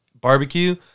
barbecue